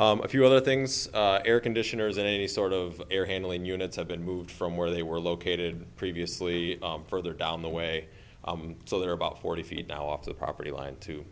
a few other things air conditioners and a sort of air handling units have been moved from where they were located previously further down the way so they're about forty feet now off the property line to